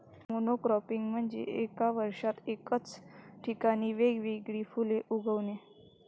monocropping म्हणजे एका वर्षात एकाच ठिकाणी वेगवेगळी फुले उगवणे